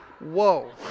Whoa